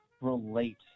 relate